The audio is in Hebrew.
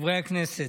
חברי הכנסת,